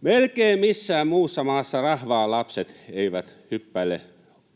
Melkein missään muussa maassa rahvaan lapset eivät hyppäile